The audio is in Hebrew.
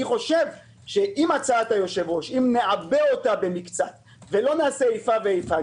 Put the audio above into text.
אני חושב שאם נעבה במקצת את הצעת היושב-ראש ולא נעשה איפה ואיפה,